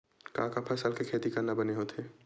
का का फसल के खेती करना बने होथे?